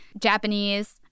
Japanese